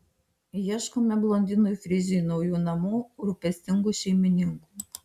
ieškome blondinui frizui naujų namų rūpestingų šeimininkų